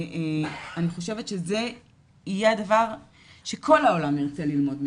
אני חושבת שזה יהיה הדבר שכל העולם ירצה ללמוד ממנו.